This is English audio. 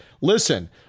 Listen